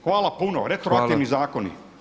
Hvala puno, retroaktivni zakoni.